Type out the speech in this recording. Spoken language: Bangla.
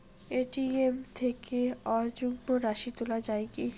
এ.টি.এম থেকে অযুগ্ম রাশি তোলা য়ায় কি?